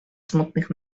smutnych